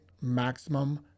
maximum